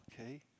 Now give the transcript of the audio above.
okay